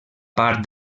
part